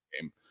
game